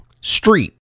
street